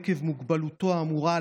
עקב מוגבלותו האמורה,